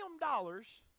dollars